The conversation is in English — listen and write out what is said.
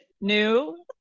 new